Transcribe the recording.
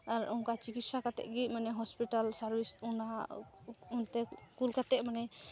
ᱟᱨ ᱚᱱᱠᱟ ᱪᱤᱠᱤᱛᱥᱥᱟ ᱠᱟᱛᱮᱫᱜᱮ ᱢᱟᱱᱮ ᱦᱚᱥᱯᱤᱴᱟᱞ ᱥᱟᱨᱵᱷᱤᱥ ᱚᱱᱟ ᱚᱱᱛᱮ ᱠᱩᱞ ᱠᱟᱛᱮᱫ ᱢᱟᱱᱮ